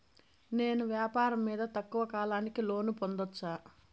నేను వ్యాపారం మీద తక్కువ కాలానికి లోను పొందొచ్చా?